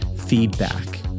feedback